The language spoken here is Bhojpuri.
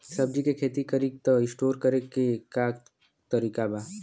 सब्जी के खेती करी त स्टोर करे के का तरीका बा?